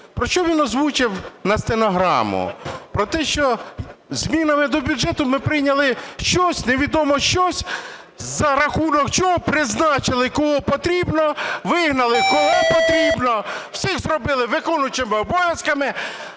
Про що він озвучив на стенограму. Про те, що змінами до бюджету ми прийняли щось, невідомо що, за рахунок чого призначили кого потрібно, вигнали кого потрібно, всіх зробили виконуючими обов'язки.